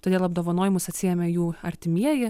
todėl apdovanojimus atsiėmė jų artimieji